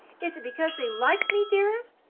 is it because they like me, dearest?